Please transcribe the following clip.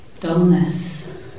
dullness